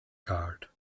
card